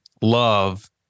love